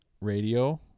radio